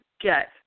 get